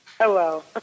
Hello